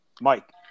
Mike